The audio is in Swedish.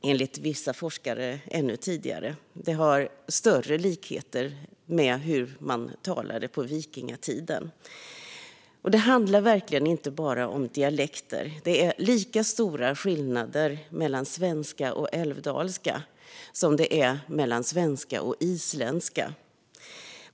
och enligt vissa forskare ännu tidigare. Det har större likheter med hur man talade på vikingatiden. Detta handlar verkligen inte bara om dialekter. Det är lika stora skillnader mellan svenska och älvdalska som det är mellan svenska och isländska.